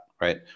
right